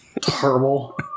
Terrible